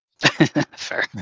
Fair